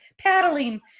paddling